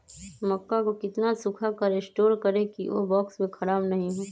मक्का को कितना सूखा कर स्टोर करें की ओ बॉक्स में ख़राब नहीं हो?